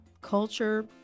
culture